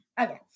Okay